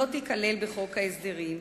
לא תיכלל בחוק ההסדרים,